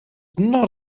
not